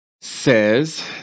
says